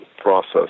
process